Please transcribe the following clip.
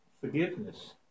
forgiveness